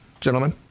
gentlemen